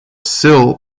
sill